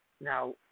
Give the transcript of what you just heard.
Now